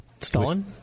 Stalin